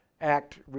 Act